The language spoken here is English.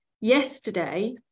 yesterday